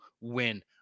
win